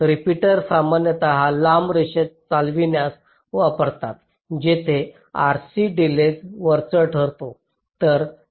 repeater सामान्यत लांब रेषा चालविण्यास वापरतात जिथे RC डिलेज वरचढ ठरतो